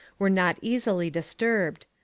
were not easily disturbed.